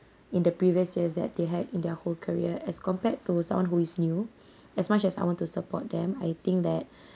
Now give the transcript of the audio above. in the previous years that they had in their whole career as compared to someone who is new as much as I want to support them I think that